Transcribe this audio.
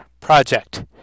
project